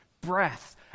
breath